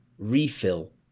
Refill